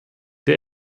der